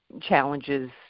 challenges